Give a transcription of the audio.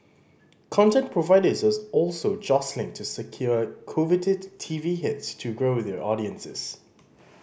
content providers as also jostling to secure coveted T V hits to grow their audiences